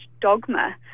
dogma